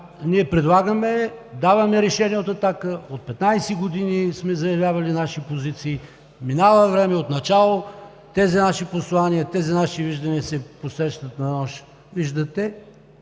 предлагаме и даваме решение, от 15 години сме заявявали наши позиции, минава време, отначало тези наши послания, тези наши виждания се посрещат на нож. Виждате,